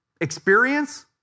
experience